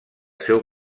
seu